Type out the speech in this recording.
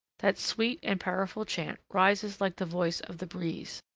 that sweet and powerful chant rises like the voice of the breeze,